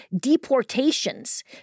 deportations